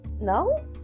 No